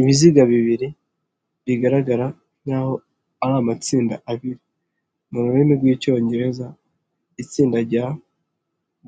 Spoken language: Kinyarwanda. Ibiziga bibiri bigaragara nk'aho ari amatsinda abiri mu rurimi rw'icyongereza itsinda rya